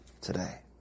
today